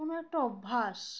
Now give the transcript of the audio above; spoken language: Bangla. কোনো একটা অভ্যাস